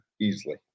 easily